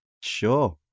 Sure